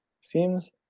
seems